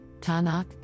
Tanakh